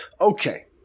Okay